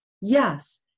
yes